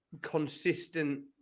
consistent